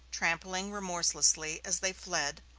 trampling remorselessly, as they fled,